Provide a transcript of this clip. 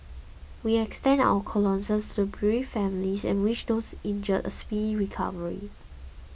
we extend our condolences to the bereaved families and wish those injured a speedy recovery